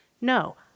no